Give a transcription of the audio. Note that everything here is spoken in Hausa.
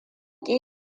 ki